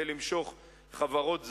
כדי למשוך חברות זרות,